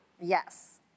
Yes